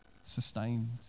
sustained